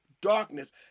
darkness